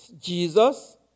Jesus